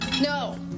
No